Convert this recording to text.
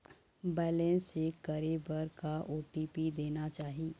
Balance check करे बर का ओ.टी.पी देना चाही?